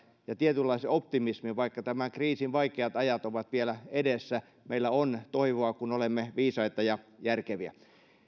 ja tietynlaisen optimismin että vaikka tämän kriisin vaikeat ajat ovat vielä edessä meillä on toivoa kun olemme viisaita ja järkeviä